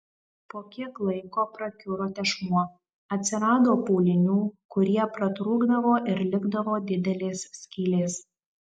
po kiek laiko prakiuro tešmuo atsirado pūlinių kurie pratrūkdavo ir likdavo didelės skylės